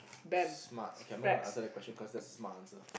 smart okay I'm not going to answer that question cause that's a smart answer